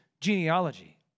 genealogy